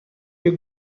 you